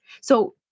So-